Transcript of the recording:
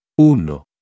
Uno